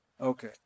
Okay